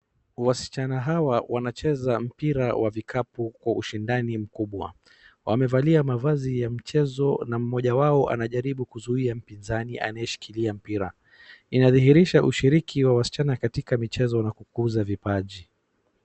Wasichana hawa wanacheza mpira wa vikapu kwa ushindani mkubwa. Wamevalia mavazi ya michezo na mmoja wao anajaribu kuzuia mpinzani anayeshikilia mpira. Inadhihirisha ushiriki wa wasichana katika michezo na kukuza vipaji.